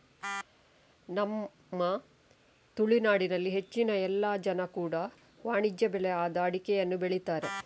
ನಮ್ಮ ತುಳುನಾಡಿನಲ್ಲಿ ಹೆಚ್ಚಿನ ಎಲ್ಲ ಜನ ಕೂಡಾ ವಾಣಿಜ್ಯ ಬೆಳೆ ಆದ ಅಡಿಕೆಯನ್ನ ಬೆಳೀತಾರೆ